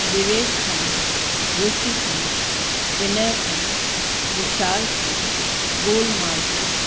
Vivekkhand Ruchikhand Vinaykhand Vishalkhand Gol market